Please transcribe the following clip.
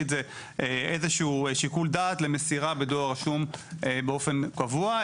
איזשהו שיקול דעת למסירה בדואר רשום באופן קבוע.